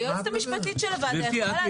היועצת המשפטית של הוועדה יכולה להסביר.